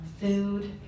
food